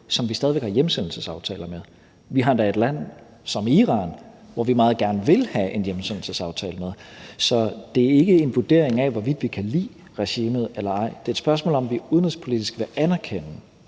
som vi stadig væk har hjemsendelsesaftaler med. Vi har endda et land som Iran, som vi meget gerne vil have en hjemsendelsesaftale med. Så det er ikke en vurdering af, hvorvidt vi kan lide regimet eller ej. Det er et spørgsmål om, om vi udenrigspolitisk vil anerkende